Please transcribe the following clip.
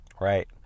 Right